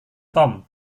tom